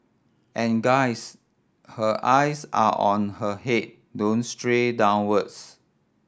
and guys her eyes are on her head don't stray downwards